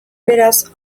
beraz